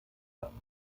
haben